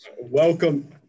Welcome